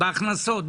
בהכנסות,